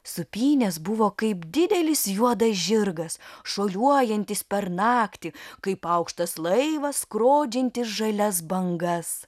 sūpynės buvo kaip didelis juodas žirgas šuoliuojantis per naktį kaip aukštas laivas skrodžiantis žalias bangas